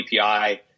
api